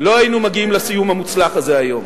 לא היינו מגיעים לסיום המוצלח הזה היום.